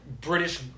British